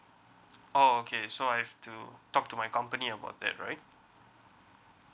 oh okay so I've to talk to my company about that right